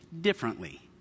differently